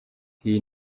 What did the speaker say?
iyi